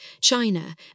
China